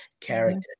character